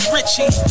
Richie